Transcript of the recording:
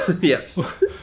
yes